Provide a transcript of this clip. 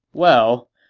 well,